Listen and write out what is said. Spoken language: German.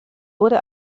wurde